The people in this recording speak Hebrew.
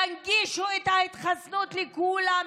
תנגישו את ההתחסנות לכולם,